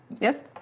Yes